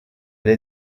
elle